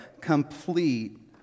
complete